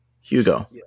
Hugo